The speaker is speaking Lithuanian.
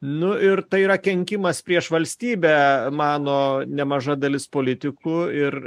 nu ir tai yra kenkimas prieš valstybę mano nemaža dalis politikų ir